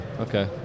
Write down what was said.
okay